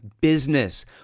business